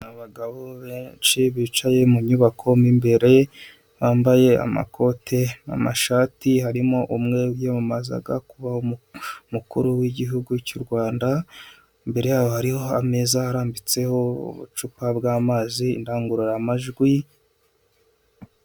Abagabo benshi bicaye mu nyubako mu imbere; bambaye amakoti, amashati harimo umwe wiyamamazaga kuba umukuru w'igihugu cy'u rwanda; imbere yaho hariho ameza arambitseho ubucupa bw'amazi, indangururamajwi